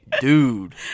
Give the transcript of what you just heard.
Dude